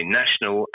national